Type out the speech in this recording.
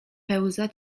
pełza